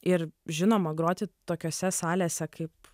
ir žinoma groti tokiose salėse kaip